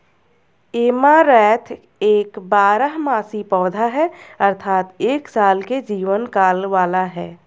amaranth एक बारहमासी पौधा है अर्थात एक साल के जीवन काल वाला है